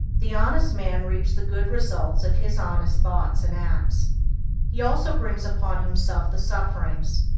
the honest man reaps the good results of his honest thoughts and acts he also brings upon himself the sufferings,